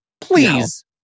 please